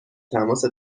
تماس